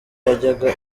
yajyaga